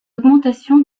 augmentation